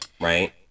Right